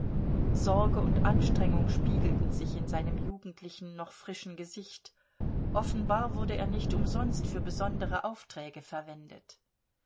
sorge und anstrengung spiegelten sich in seinem jugendlichen noch frischen gesicht offenbar wurde er nicht umsonst für besondere aufträge verwendet